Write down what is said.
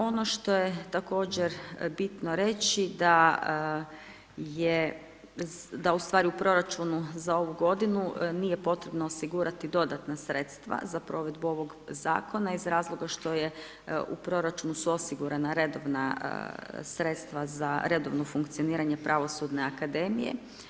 Ono što je također bitno reći da je, da u stvari u proračunu za ovu godinu, nije potrebno osigurati dodatna sredstva za provedbu ovog Zakona iz razloga što je, u proračunu su osigurana redovna sredstva za redovno funkcioniranje Pravosudne akademije.